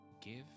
give